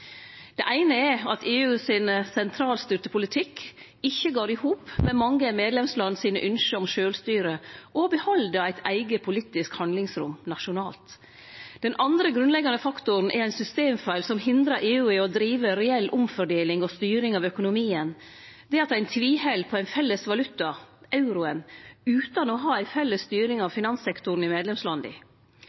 Det eine er at EUs sentralstyrte politikk ikkje går i hop med mange medlemsland sine ynskjer om sjølvstyre og å få behalde eit eige politisk handlingsrom nasjonalt. Den andre grunnleggjande faktoren er ein systemfeil som hindrar EU i å drive reell omfordeling og styring av økonomien – det at ein tviheld på ein felles valuta, euroen, utan å ha ei felles styring av finanssektoren i medlemslanda.